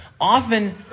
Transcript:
Often